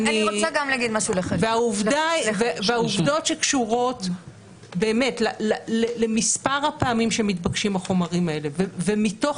העובדות שקשורות למספר הפעמים שמתבקשים החומרים האלה ומתוך